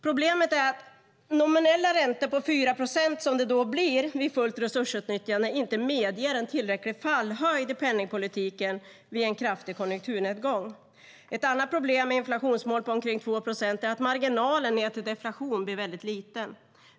Problemet är att nominella räntor på 4 procent, som det blir vid fullt resursutnyttjande, inte medger en tillräcklig fallhöjd i penningpolitiken vid en kraftig konjunkturnedgång. Ett annat problem med inflationsmål på omkring 2 procent är att marginalen ned till deflation blir väldigt liten.